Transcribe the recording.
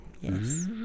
Yes